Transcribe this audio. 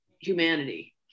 humanity